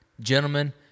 Gentlemen